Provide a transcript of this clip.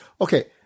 Okay